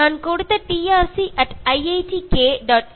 നിങ്ങൾക്ക് എനിക്ക് ഈ മെയിൽ ഐഡിയിലേക്ക്trcittk